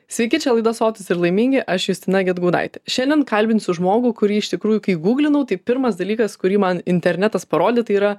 sveiki čia laida sotūs ir laimingi aš justina gedgaudaitė šiandien kalbinsiu žmogų kurį iš tikrųjų kai guglinau tai pirmas dalykas kurį man internetas parodė tai yra